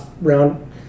round